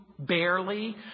Barely